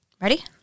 ready